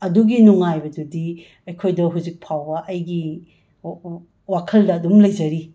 ꯑꯗꯨꯒꯤ ꯅꯨꯡꯉꯥꯏꯕꯗꯨꯗꯤ ꯑꯩꯈꯣꯏꯗ ꯍꯧꯖꯤꯛ ꯐꯥꯎꯕ ꯑꯩꯒꯤ ꯋꯥꯈꯜꯗ ꯑꯗꯨꯝ ꯂꯩꯖꯔꯤ